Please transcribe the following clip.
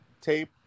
tape